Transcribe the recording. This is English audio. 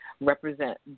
represent